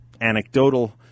anecdotal